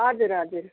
हजुर हजुर